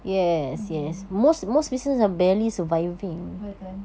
mmhmm betul